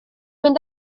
mynd